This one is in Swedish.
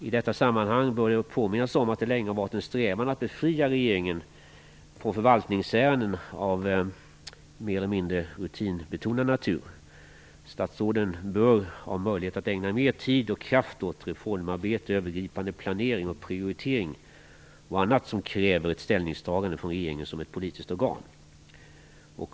I detta sammanhang bör påminnas om att det länge har varit en strävan att befria regeringen från förvaltningsärenden av mer eller mindre rutinbetonad natur. Statsråden bör ha möjlighet att ägna mer tid och kraft åt reformarbete, övergripande planering och prioritering och annat som kräver ett ställningstagande från regeringen som politiskt organ.